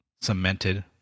cemented